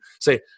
say